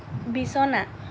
বিছনা